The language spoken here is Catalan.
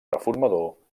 reformador